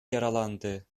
yaralandı